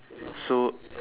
so